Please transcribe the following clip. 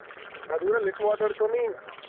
అది కూడా లెస్ వాటర్తోని